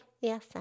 yes